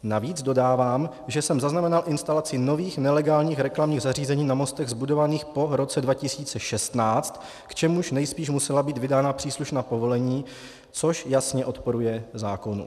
Navíc dodávám, že jsem zaznamenal instalaci nových nelegálních reklamních zařízení na mostech zbudovaných po roce 2016, k čemuž nejspíš musela být vydána příslušná povolení, což jasně odporuje zákonu.